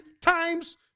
times